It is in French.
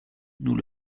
nous